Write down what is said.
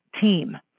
team